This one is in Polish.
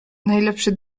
najlepszy